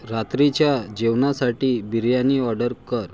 रात्रीच्या जेवणासाठी बिर्यानी ऑर्डर कर